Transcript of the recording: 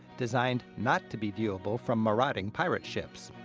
designed not to be viewable from marauding pirate ships.